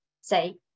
say